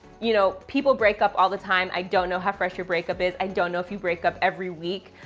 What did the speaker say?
you know, people break up all the time. i don't know how fresh your breakup is. i don't know if you break up every week,